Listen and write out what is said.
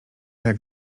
jak